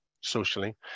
socially